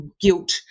guilt